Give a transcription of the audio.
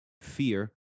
fear